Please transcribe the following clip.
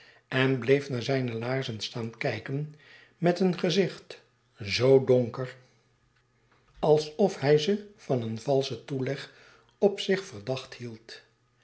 en bleef naar zijne laarzen staan kijken met een gezicht zoo donker alsof hij ze van een valschen toeleg op zich verdacht hield